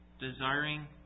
desiring